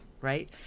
right